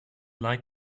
like